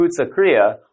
Kutsakria